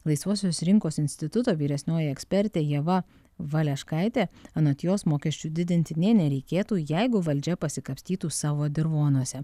laisvosios rinkos instituto vyresnioji ekspertė ieva valeškaitė anot jos mokesčių didinti nė nereikėtų jeigu valdžia pasikapstytų savo dirvonuose